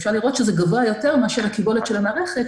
אפשר לראות שזה גבוה יותר מאשר הקיבולת של המערכת,